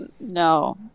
No